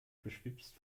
beschwipst